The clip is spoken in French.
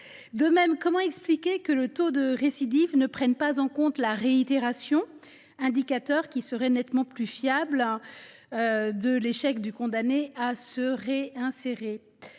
De même, comment expliquer que le taux de récidive ne prenne pas en compte la réitération, indicateur nettement plus fiable de l’échec du condamné à se réinsérer ?